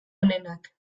onenak